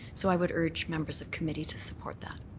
so i would urge members of committee to support that.